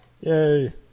yay